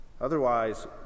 Otherwise